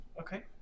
Okay